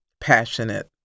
passionate